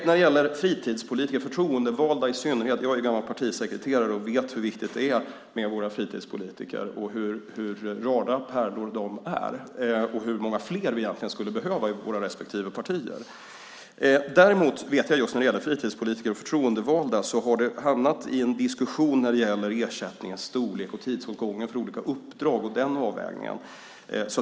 När det gäller fritidspolitiker och förtroendevalda i synnerhet vet jag som gammal partisekreterare hur viktiga de är, hur rara pärlor de är och hur många fler vi egentligen skulle behöva i våra respektive partier. Däremot vet jag att det just när det gäller fritidspolitiker och förtroendevalda har uppstått en diskussion om avvägningen mellan ersättningens storlek och tidsåtgången för olika uppdrag.